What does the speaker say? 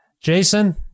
Jason